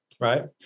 right